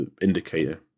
indicator